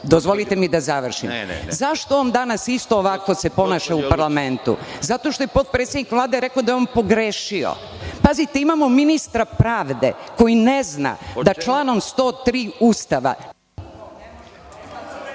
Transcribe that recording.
dozvolite mi da završim. Zašto se on danas isto ovako ponaša u parlamentu? Zato što je potpredsednik Vlade da je on pogrešio. Pazite, imamo ministra pravde koji ne zna da članom 103. Ustava